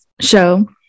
show